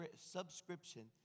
subscription